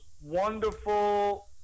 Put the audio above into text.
wonderful